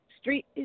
street